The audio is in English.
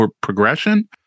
progression